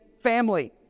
family